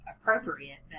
appropriate